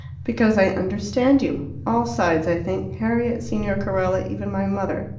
because i understand you all sides, i think harriet, signor carella, even my mother.